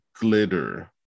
glitter